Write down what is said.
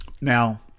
Now